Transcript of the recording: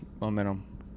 momentum